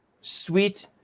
sweet